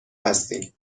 هستیم